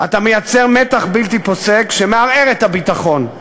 אתה מייצר מתח בלתי פוסק שמערער את הביטחון.